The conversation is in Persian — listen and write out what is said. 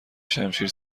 شمشیر